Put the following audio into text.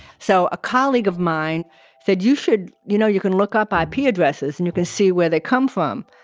so a colleague of mine said, you should you know, you can look up ah ip addresses, and you can see where they come from.